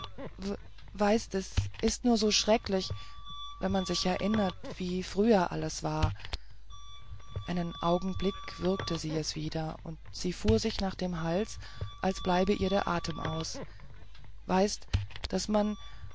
es ist nur so schrecklich wenn man sich erinnert wie früher alles war einen augenblick würgte sie es wieder und sie fuhr sich nach dem hals als bliebe ihr der atem aus weißt d daß man